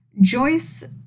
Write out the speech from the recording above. Joyce